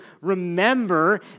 remember